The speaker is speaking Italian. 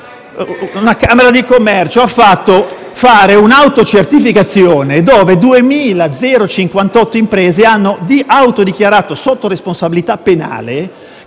Una Camera di commercio ha fatto fare un'autocertificazione dove 2.058 imprese hanno autodichiarato, sotto responsabilità penale,